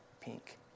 pink